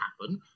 happen